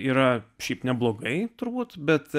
yra šiaip neblogai turbūt bet